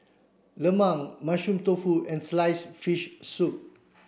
Lemang mushroom tofu and slice fish soup